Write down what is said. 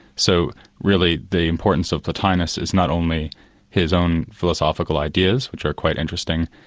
so really, the importance of plotinus is not only his own philosophical ideas which are quite interesting,